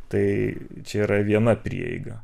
tai čia yra viena prieiga